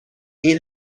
این